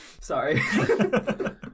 Sorry